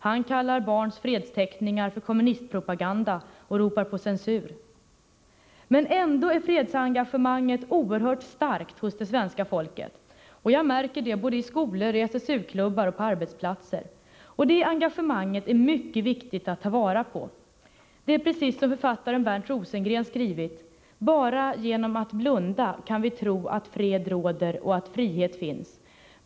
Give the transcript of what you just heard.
Han kallar barns fredsteckningar för kommunistpropaganda och ropar på censur. Men ändå är fredsengagemanget oerhört starkt hos det svenska folket. Jag märker det i skolor, i SSU-klubbar och på arbetsplatser. Och det engagemanget är mycket viktigt att ta vara på. Det är precis som författaren Bernt Rosengren skrivit: Bara genom att blunda kan vi tro att fred råder och att frihet finns.